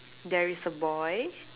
there is a boy